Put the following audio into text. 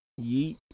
Yeet